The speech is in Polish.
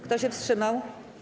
Kto się wstrzymał?